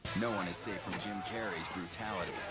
no one is safe from jim carrey's brutality,